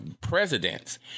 presidents